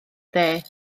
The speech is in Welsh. dde